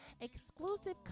exclusive